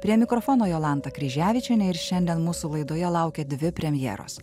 prie mikrofono jolanta kryževičienė ir šiandien mūsų laidoje laukia dvi premjeros